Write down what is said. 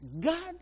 God